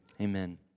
Amen